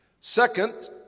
Second